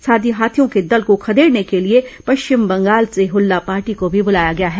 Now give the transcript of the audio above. साथ ही हाथियों के दल को खदड़ने के लिए पश्चिम बंगाल से हुल्ला पार्टी को भी बुलाया गया है